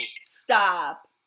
Stop